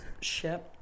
ship